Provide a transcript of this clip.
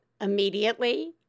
immediately